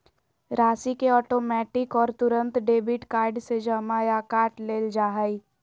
राशि के ऑटोमैटिक और तुरंत डेबिट कार्ड से जमा या काट लेल जा हइ